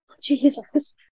Jesus